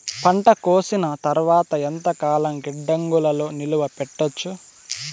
పంట కోసేసిన తర్వాత ఎంతకాలం గిడ్డంగులలో నిలువ పెట్టొచ్చు?